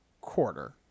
quarter